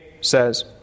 says